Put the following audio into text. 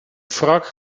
frog